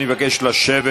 אני מבקש לשבת.